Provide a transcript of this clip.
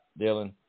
Dylan